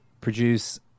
produce